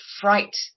fright